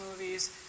movies